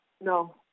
No